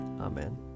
Amen